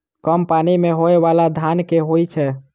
कम पानि मे होइ बाला धान केँ होइ छैय?